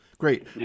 Great